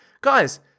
Guys